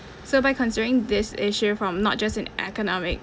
so by considering this issue from not just an economic